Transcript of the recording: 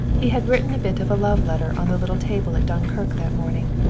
he had written a bit of a love letter on the little table at dunkirk that morning,